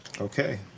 okay